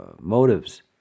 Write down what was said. motives